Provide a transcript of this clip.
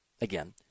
Again